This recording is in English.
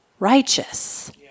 Righteous